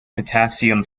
potassium